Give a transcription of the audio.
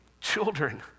children